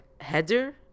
header